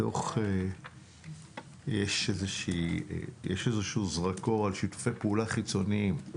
בדוח יש איזשהו זרקור על שיתופי פעולה חיצוניים עם